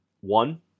One